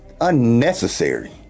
unnecessary